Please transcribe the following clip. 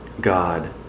God